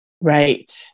Right